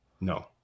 no